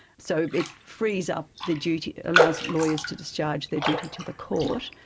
so it frees up the duty allows lawyers to discharge their duty to the court.